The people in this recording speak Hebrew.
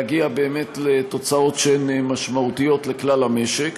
לתוצאות שהן משמעותיות לכלל המשק.